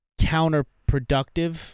counterproductive